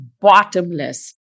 bottomless